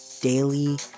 daily